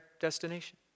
destination